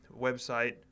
website